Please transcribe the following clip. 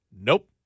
Nope